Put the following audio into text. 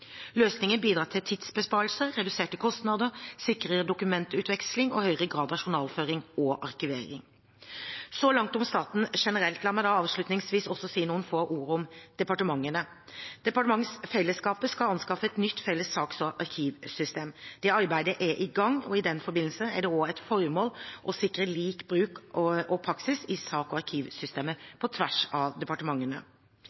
Løsningen bidrar til tidsbesparelser, reduserte kostnader, sikrere dokumentutveksling og høyere grad av journalføring og arkivering. Så langt om staten generelt – la meg avslutningsvis også si noen få ord om departementene: Departementsfellesskapet skal anskaffe et nytt felles saks- og arkivsystem. Det arbeidet er i gang, og i den forbindelse er det også et formål å sikre lik bruk og praksis i saks- og